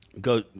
go